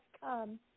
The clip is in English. come